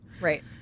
Right